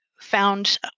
found